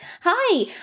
Hi